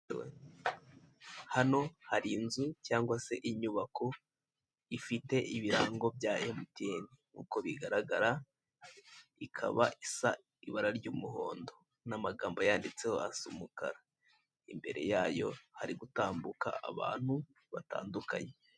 Hano hari inzu cyangwa se inyubako ifite ibirango bya emutiyene. Uko bigaragara ikaba isa umuhondo n'amagambo yanditseho asa umukara, imbere yayo hari gutambuka abantu batandukanye.